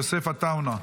יוסף עטאונה.